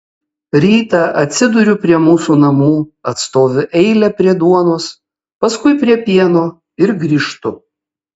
rytą atsiduriu prie mūsų namų atstoviu eilę prie duonos paskui prie pieno ir grįžtu